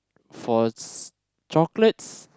for s~ chocolates